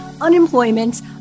unemployment